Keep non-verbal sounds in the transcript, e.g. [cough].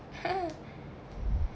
[laughs]